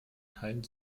teil